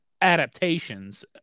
adaptations